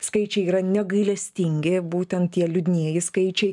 skaičiai yra negailestingi būtent tie liūdnieji skaičiai